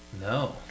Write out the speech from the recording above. No